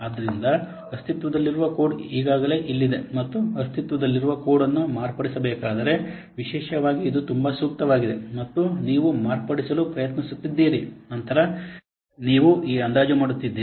ಆದ್ದರಿಂದ ಅಸ್ತಿತ್ವದಲ್ಲಿರುವ ಕೋಡ್ ಈಗಾಗಲೇ ಇಲ್ಲಿದೆ ಮತ್ತು ಅಸ್ತಿತ್ವದಲ್ಲಿರುವ ಕೋಡ್ ಅನ್ನು ಮಾರ್ಪಡಿಸಬೇಕಾದರೆ ವಿಶೇಷವಾಗಿ ಇದು ತುಂಬಾ ಸೂಕ್ತವಾಗಿದೆ ಮತ್ತು ನೀವು ಮಾರ್ಪಡಿಸಲು ಪ್ರಯತ್ನಿಸುತ್ತಿದ್ದೀರಿ ನಂತರ ನೀವು ಈ ಅಂದಾಜು ಮಾಡುತ್ತಿದ್ದೀರಿ